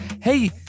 Hey